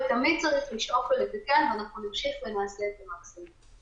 תמיד צריך לשאוף ולתקן ואנחנו נמשיך ונעשה את המקסימום.